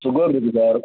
sugar இருக்குது sir